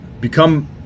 become